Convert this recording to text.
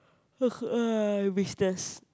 business